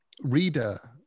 reader